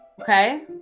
okay